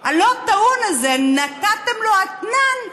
הלא-טעון הזה, נתתם לו אתנן,